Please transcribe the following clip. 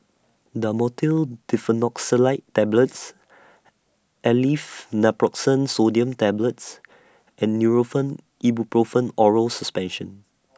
Dhamotil Diphenoxylate Tablets Aleve Naproxen Sodium Tablets and Nurofen Ibuprofen Oral Suspension